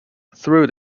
through